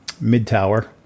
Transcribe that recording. mid-tower